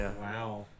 Wow